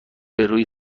بروی